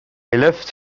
left